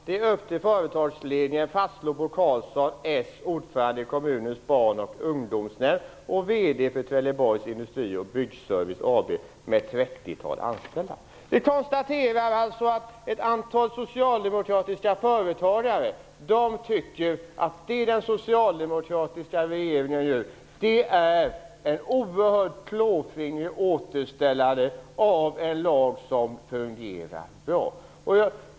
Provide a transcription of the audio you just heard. Det är upp till företagsledningen, fastslår Bo Carlsson, s-ordförande i kommunens barnoch ungdomsnämnd och VD för Trelleborgs Industrioch Byggservice AB med ett 30-tal anställda." Vi kan alltså konstatera att ett antal socialdemokratiska företagare tycker att det som den socialdemokratiska regeringen nu gör innebär ett oerhört klåfingrigt återställande när det gäller en lag som fungerar bra.